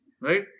Right